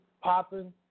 popping